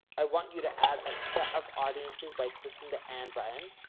i want you to add a set of audiences by clicking the and button.